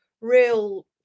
real